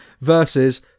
versus